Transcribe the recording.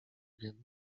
wiem